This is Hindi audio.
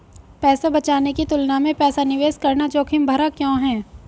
पैसा बचाने की तुलना में पैसा निवेश करना जोखिम भरा क्यों है?